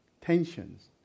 tensions